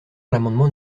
l’amendement